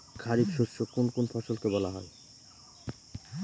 খারিফ শস্য কোন কোন ফসলকে বলা হয়?